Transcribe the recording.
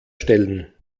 stellen